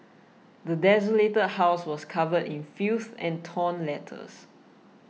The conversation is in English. the desolated house was covered in filth and torn letters